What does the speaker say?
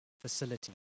facility